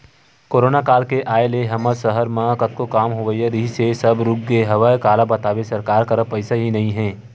corona काल के आय ले हमर सहर मन म कतको काम होवइया रिहिस हे सब रुकगे हवय काला बताबे सरकार करा पइसा ही नइ ह